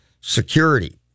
security